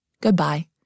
Goodbye